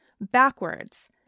backwards